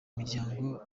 miryango